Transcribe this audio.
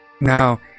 now